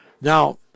Now